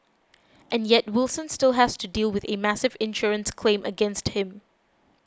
and yet Wilson still has to deal with a massive insurance claim against him